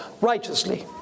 righteously